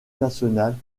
nationale